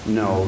no